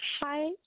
Hi